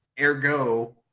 ergo